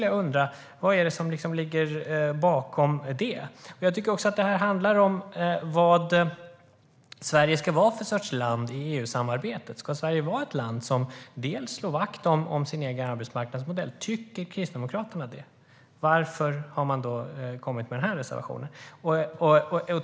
Jag undrar vad som ligger bakom det. Jag tycker också att det här handlar om vad Sverige ska vara för slags land i EU-samarbetet. Ska Sverige vara ett land som slår vakt om sin egen arbetsmarknadsmodell? Tycker Kristdemokraterna det? Varför har man då kommit med den här reservationen?